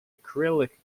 acrylic